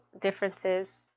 differences